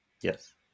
Yes